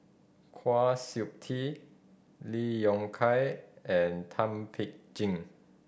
Kwa Siew Tee Lee Yong Kiat and Thum Ping Tjin